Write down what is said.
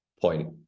point